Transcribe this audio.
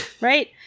right